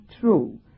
true